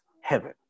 heaven